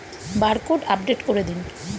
Barcode update করে দিন?